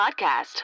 podcast